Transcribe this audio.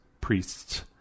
priests